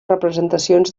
representacions